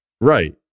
Right